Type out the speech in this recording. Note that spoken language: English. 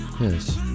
yes